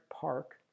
park